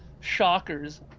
shockers